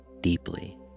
deeply